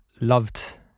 Loved